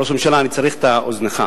ראש הממשלה, אני צריך את אוזנך.